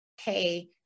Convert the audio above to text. Hey